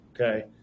Okay